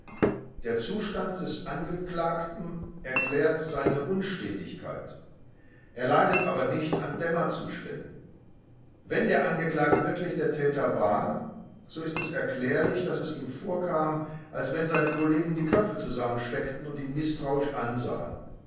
der zustand des angeklagten erklärt seine unstetigkeit er leidet aber nicht an dämmerzuständen wenn der angeklagte wirklich der täter war so ist es erklärlich daß es ihm vorkam als wenn seine kollegen die köpfe zusammensteckten und ihn mißtrauisch ansahen